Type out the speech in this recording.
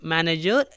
Manager